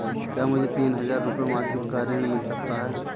क्या मुझे तीन हज़ार रूपये मासिक का ऋण मिल सकता है?